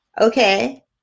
Okay